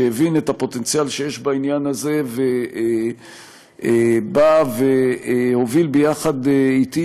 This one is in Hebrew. שהבין את הפוטנציאל שיש בעניין הזה ובא והוביל ביחד אתי